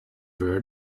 were